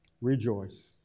rejoice